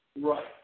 Right